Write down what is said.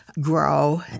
grow